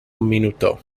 minuto